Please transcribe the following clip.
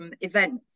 events